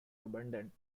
abundant